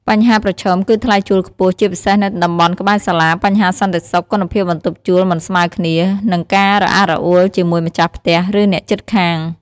បញ្ហាប្រឈមគឺថ្លៃជួលខ្ពស់ ជាពិសេសនៅតំបន់ក្បែរសាលា បញ្ហាសន្តិសុខ គុណភាពបន្ទប់ជួលមិនស្មើគ្នា និងការរអាក់រអួលជាមួយម្ចាស់ផ្ទះ ឬអ្នកជិតខាង។